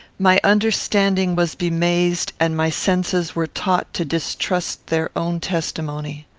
my understanding was bemazed, and my senses were taught to distrust their own testimony.